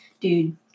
dude